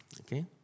okay